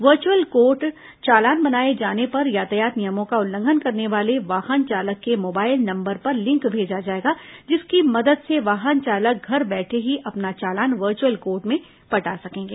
virtual court चालान बनाए जाने पर यातायात नियमों का उल्लंघन करने वाले वाहन चालक के मोबाइल नंबर पर लिंक भेजा जाएगा जिसकी मदद से वाहन चालक घर बैठे ही अपना चालान वर्च्अल कोर्ट में पटा सकेंगे